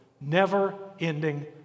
never-ending